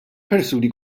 persuni